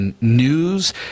news